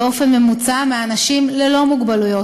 בממוצע משל אנשים ללא מוגבלויות.